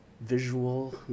visual